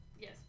Yes